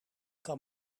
kan